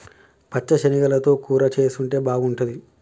పచ్చ శనగలతో కూర చేసుంటే బాగుంటది